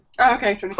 okay